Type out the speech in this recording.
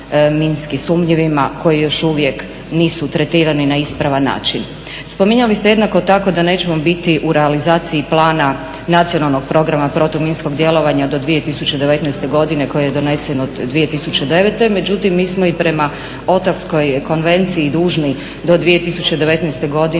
koji još uvijek nisu tretirani na ispravan način. Spominjali ste jednako tako da nećemo biti u realizaciji plana Nacionalnog programa protuminskog djelovanja do 2019. godine koji je donesen od 2009., međutim mi smo i prema … konvenciji dužni do 2019. godine